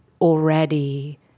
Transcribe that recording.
already